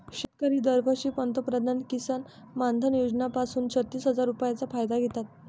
शेतकरी दरवर्षी पंतप्रधान किसन मानधन योजना पासून छत्तीस हजार रुपयांचा फायदा घेतात